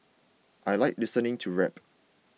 I like listening to rap